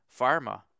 pharma